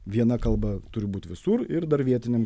viena kalba turi būt visur ir dar vietinėm